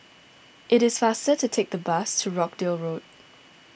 it is faster to take the bus to Rochdale Road